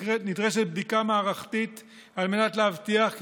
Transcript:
נדרשת בדיקה מערכתית על מנת להבטיח כי